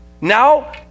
now